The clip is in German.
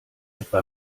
etwa